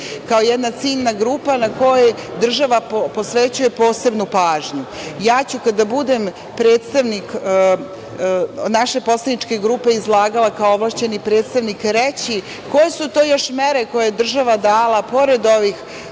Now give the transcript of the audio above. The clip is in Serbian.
kao jedna ciljna grupa na kojoj država posvećuje posebnu pažnju. Ja ću kada budem predstavnik naše poslaničke grupe, kada budem izlagala kao ovlašćeni predstavnik reći koje su to još mere koje je država dala pored ovih